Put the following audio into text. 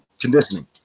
conditioning